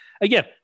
again